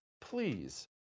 Please